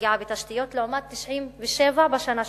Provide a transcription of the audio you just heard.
פגיעה בתשתיות לעומת 97 בשנה שעברה.